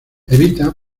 evita